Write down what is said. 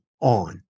on